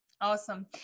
awesome